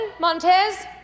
Montez